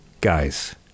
Guys